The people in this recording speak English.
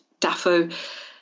Daffo